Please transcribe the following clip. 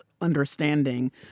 understanding